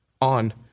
on